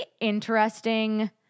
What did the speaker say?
interesting